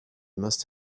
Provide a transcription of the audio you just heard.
must